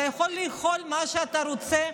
אתה יכול לאכול מה שאתה רוצה,